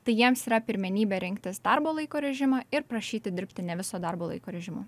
tai jiems yra pirmenybė rinktis darbo laiko režimą ir prašyti dirbti ne viso darbo laiko režimu